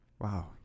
wow